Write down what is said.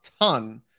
ton